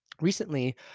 recently